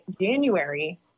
January